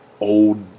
old